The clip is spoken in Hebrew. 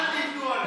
אל תבנו עלינו.